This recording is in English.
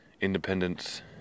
Independence